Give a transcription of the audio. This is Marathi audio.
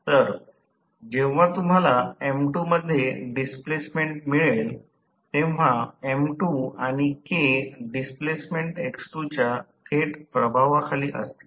तर जेव्हा तुम्हाला M2 मध्ये डिस्प्लेसमेंट मिळेल तेव्हा M2 आणि K डिस्प्लेसमेंट x2 च्या थेट प्रभावाखाली असतील